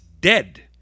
dead